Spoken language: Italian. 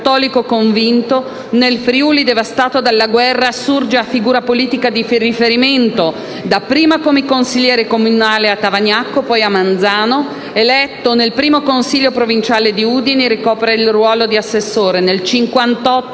e cattolico convinto, nel Friuli devastato dalla guerra assurge a figura politica di riferimento, dapprima come consigliere comunale a Tavagnacco e, poi, a Manzano. Eletto nel primo Consiglio provinciale di Udine, ricopre il ruolo di assessore. Nel 1958